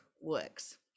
works